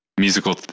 musical